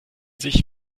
sich